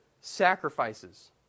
sacrifices